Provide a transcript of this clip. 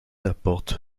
apporte